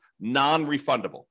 non-refundable